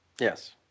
yes